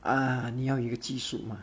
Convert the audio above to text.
ah 你要有一个技术 mah